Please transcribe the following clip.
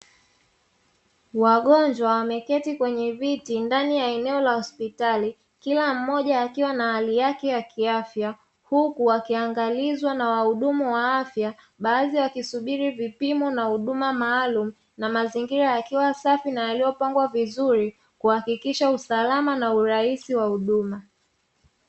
Wagonjwa wameketi kwenye viti ndani ya eneo la hospitali kila mmoja akiwa na hali yake ya kiafya huku akiangalizwa na wahudumu wa afya baadhi wakisubiri vipimo na huduma maalum na mazingira yakiwa safi na yaliyopangwa vizuri kuhakikisha usalama na urahisi wa huduma